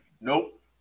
nope